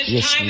Yes